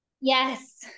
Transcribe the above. yes